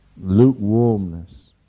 Lukewarmness